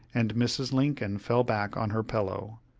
and mrs. lincoln fell back on her pillow,